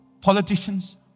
politicians